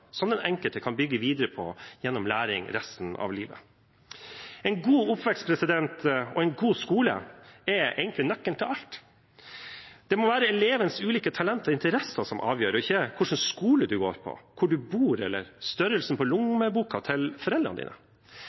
som den enkelte kan bygge videre på, gjennom læring resten av livet. En god oppvekst og en god skole er egentlig nøkkelen til alt. Det må være elevenes ulike talenter og interesser som avgjør, ikke hvilken skole man går på, hvor man bor, eller størrelsen på lommeboka til foreldrene.